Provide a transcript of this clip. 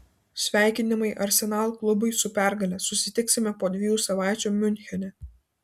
sveikinimai arsenal klubui su pergale susitiksime po dviejų savaičių miunchene